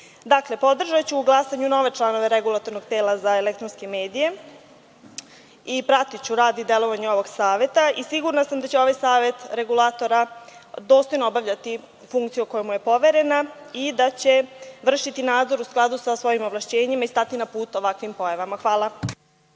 podržaću u glasanju nove članove Regulatornog tela za elektronske medije i pratiću rad i delovanje ovog Saveta. Sigurna sam da će ovaj Savet Regulatora dostojno obavljati funkciju koja mu je poverena i da će vršiti nadzor u skladu sa svojim ovlašćenjem i stati na put ovakvim pojavama.